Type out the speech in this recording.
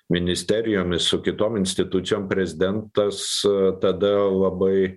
ministerijomis su kitom institucijom prezidentas tada labai